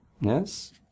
yes